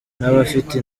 n’abafite